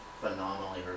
phenomenally